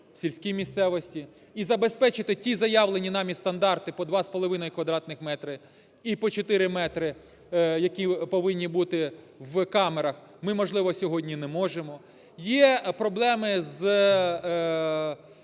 в сільській місцевості. І забезпечити ті заявлені нами стандарти по 2,5 квадратних метри і по 4 метри, які повинні бути в камерах, ми, можливо, сьогодні не можемо. Є проблеми з